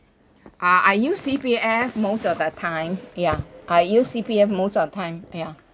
uh I use C_P_F most of the time ya I use C_P_F most of the time ya